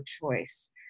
choice